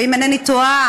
ואם אינני טועה,